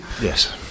Yes